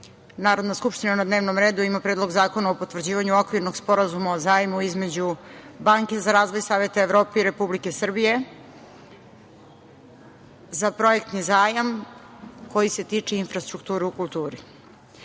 Narodna skupština na dnevnom redu ima Predlog zakona o potvrđivanju Okvirnog sporazuma o zajmu između Banke za razvoj Saveta Evrope i Republike Srbije za projektni zajam koji se tiče infrastrukture u kulturi. Ovaj